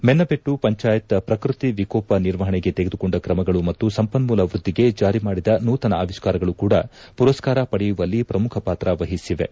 ಮೆನ್ನದೆಟ್ಟು ಪಂಚಾಯತ್ ಪ್ರಕೃತಿ ವಿಕೋಪ ನಿರ್ವಹಣೆಗೆ ತೆಗೆದುಕೊಂಡ ಕ್ರಮಗಳು ಮತ್ತು ಸಂಪನ್ನೂಲ ವೃದ್ದಿಗೆ ಜಾರಿ ಮಾಡಿದ ನೂತನ ಆವಿಷ್ಕಾರಗಳು ಕೂಡಾ ಪುರಸ್ಕಾರ ಪಡೆಯುವಲ್ಲಿ ಪ್ರಮುಖ ಪಾತ್ರ ವಹಿಸಿವೆ